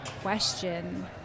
question